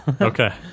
Okay